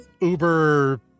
Uber